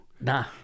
Nah